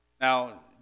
Now